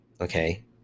okay